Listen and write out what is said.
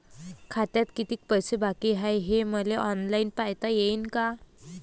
खात्यात कितीक पैसे बाकी हाय हे मले ऑनलाईन पायता येईन का?